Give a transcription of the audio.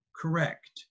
correct